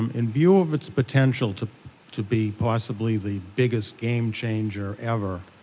um in view of its potential to to be possibly the biggest game changer ever,